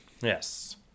yes